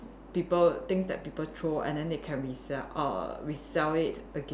people things that people throw and then they can resell err resell it again